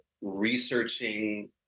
Researching